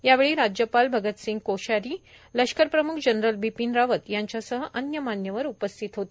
यावेळी राज्यपाल भगतसिंह कोशारी लष्कर प्रम्ख जनरल बिपीन रावत यांच्यासह अन्य मान्यवर उपस्थित होते